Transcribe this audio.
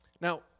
Now